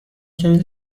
کلید